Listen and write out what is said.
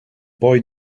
boy